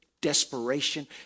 desperation